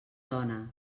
dona